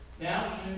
now